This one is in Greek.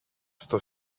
στο